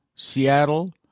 Seattle